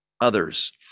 others